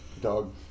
dog